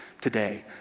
today